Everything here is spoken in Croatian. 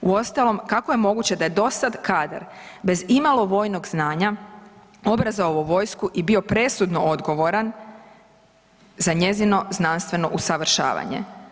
Uostalom kako je moguće da je dosada kadar bez imalo vojnog znanja obrazovao vojsku i bio presudno odgovoran za njezino znanstveno usavršavanje.